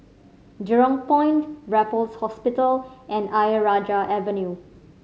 Jurong Point Raffles Hospital and Ayer Rajah Avenue